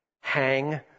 Hang